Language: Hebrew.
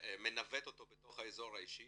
שמנווט אותו בתוך האזור האישי,